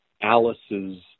Alice's –